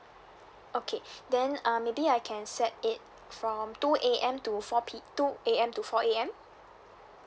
okay then uh maybe I can set it from two A_M to four p~ two A_M to four A_M